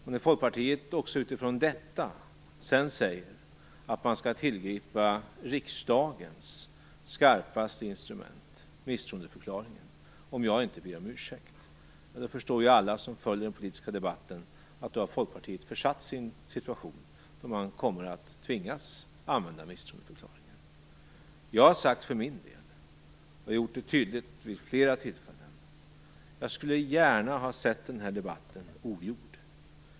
När man i Folkpartiet utifrån detta sedan säger att man skall tillgripa riksdagens skarpaste instrument, misstroendeförklaringen, om jag inte ber om ursäkt, förstår alla som följer den politiska debatten att Folkpartiet då har försatt sig i en situation där man kommer att tvingas att använda misstroendeförklaringen. För min del har jag vid flera tillfällen gjort tydligt att jag gärna skulle ha sett den här debatten ogjord.